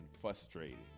frustrating